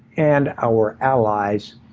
and our allies,